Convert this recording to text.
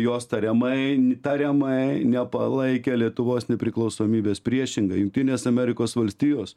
jos tariamai tariamai nepalaikė lietuvos nepriklausomybės priešingai jungtinės amerikos valstijos